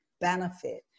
benefit